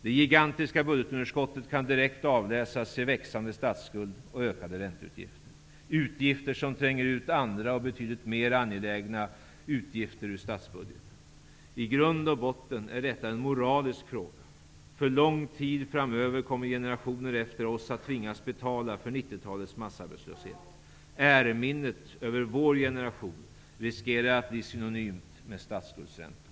Det gigantiska budgetunderskottet kan direkt avläsas i växande statsskuld och ökande ränteutgifter, utgifter som tränger ut andra och betydligt mer angelägna utgifter ur statsbudgeten. I grund och botten är detta en moralisk fråga. För lång tid framöver kommer generationer efter oss att tvingas betala för 90-talets massarbetslöshet. Äreminnet över vår generation riskerar att bli synonymt med statsskuldsräntor.